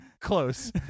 close